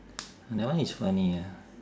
that one is funny ah